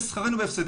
יצא שכרנו בהפסדנו.